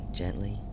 gently